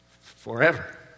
forever